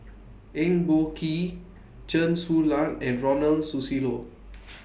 Eng Boh Kee Chen Su Lan and Ronald Susilo